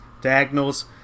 diagonals